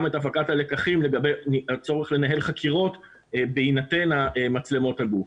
את הפקת הלקחים לגבי הצורך לנהל חקירות בהינתן מצלמות הגוף.